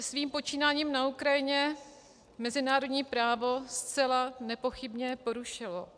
Rusko svým počínáním na Ukrajině mezinárodní právo zcela nepochybně porušilo.